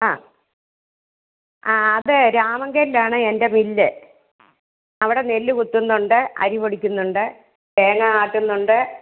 ആ ആ അതെ രാമങ്കലിലാണ് എൻ്റെ മില്ല് അവിടെ നെല്ല് കുത്തുന്നുണ്ട് അരി പൊടിക്കുന്നുണ്ട് തേങ്ങ ആട്ടുന്നുണ്ട്